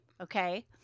Okay